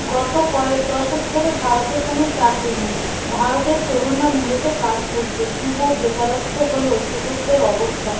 গত কয়েক দশক ধরে ভারতে কোনো চাকরি নেই ভারতের তরুণরা মূলত কাজ খুঁজছে যুব বেকারত্ব হলো যুবকদের অবস্থা